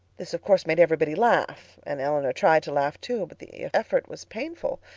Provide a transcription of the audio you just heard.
this of course made every body laugh and elinor tried to laugh too. but the effort was painful.